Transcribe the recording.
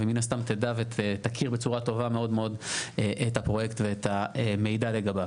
ומן הסתם תדע ותכיר בצורה טובה מאוד מאוד את הפרויקט ואת המידע לגביו.